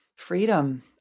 Freedom